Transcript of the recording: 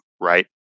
right